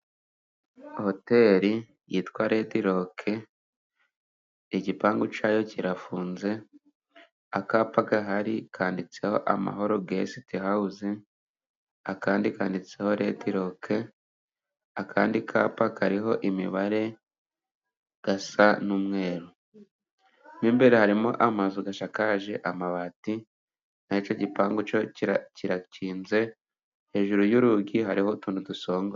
Hoteli yitwa rediroke, igipangu cyayo kirafunze. Akapa gahari kanditseho amahoro gesita hawuzi, akandi kanditseho rediroke , akandi kapa kariho imibare gasa n'umweru. Mu imbere harimo amazu yasakaje amabati nicyo gipangu kirakinze hejuru y'urugi hariho utuntu dusongoye.